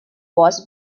was